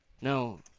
No